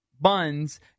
buns